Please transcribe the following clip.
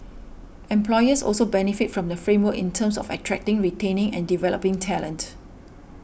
employers also benefit from the framework in terms of attracting retaining and developing talent